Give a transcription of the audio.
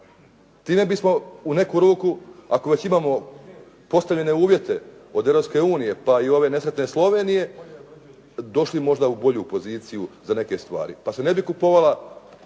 Time bismo u neku ruku, ako već imamo postavljene uvjete od Europske unije, pa i ove nesretne Slovenije, došli možda u bolju poziciju za neke stvari pa se ne bi kupovalo